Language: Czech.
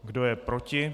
Kdo je proti?